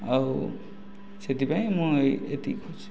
ଆଉ ସେଥିପାଇଁ ମୁଁ ଏହି ଏତିକି କହୁଛି